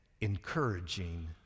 encouraging